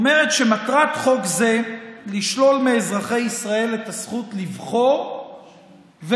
אומרת שמטרת חוק זה לשלול מאזרחי ישראל את הזכות לבחור ולהיבחר.